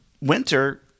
winter